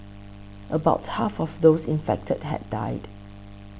about half of those infected have died